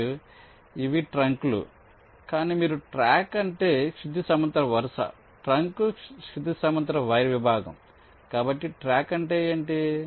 మరియు ఇవి ట్రంక్లు కానీ మీరు ట్రాక్ అంటే క్షితిజ సమాంతర వరుస ట్రంక్ క్షితిజ సమాంతర వైర్ విభాగం కాబట్టి ట్రాక్ అంటే ఏమిటి